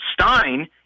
Stein